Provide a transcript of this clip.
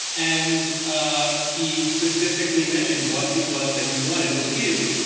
and ah he specifically mentioned what it was that he wanted repeatedly.